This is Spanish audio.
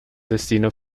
destino